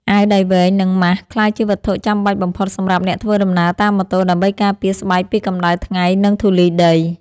អាវដៃវែងនិងម៉ាស់ក្លាយជាវត្ថុចាំបាច់បំផុតសម្រាប់អ្នកធ្វើដំណើរតាមម៉ូតូដើម្បីការពារស្បែកពីកម្តៅថ្ងៃនិងធូលីដី។